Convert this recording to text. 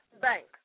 Bank